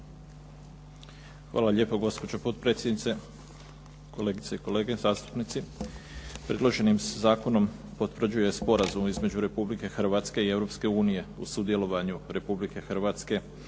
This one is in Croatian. Hvala lijepo gospođo potpredsjednice, kolegice i kolege zastupnici. Predloženim se zakonom potvrđuje sporazum između Republike Hrvatske i Europske unije o sudjelovanju Republike Hrvatske